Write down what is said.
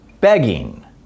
begging